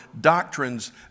doctrines